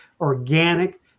organic